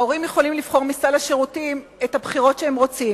ההורים יכולים לבחור מסל השירותים את הבחירות שהם רוצים.